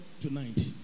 tonight